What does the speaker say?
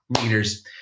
leaders